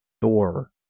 Thor